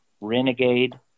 Renegade